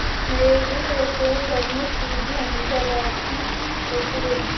मेरे रसोईघर में सूजी हमेशा राखी रहती है